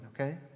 okay